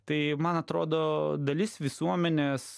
tai man atrodo dalis visuomenės